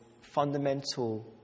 fundamental